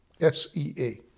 S-E-A